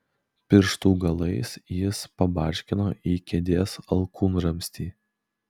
pirštų galais jis pabarškino į kėdės alkūnramstį